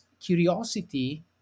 curiosity